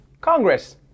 Congress